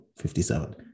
57